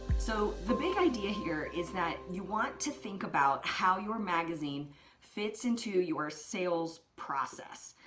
so the big idea here is that you want to think about how your magazine fits into your sales process.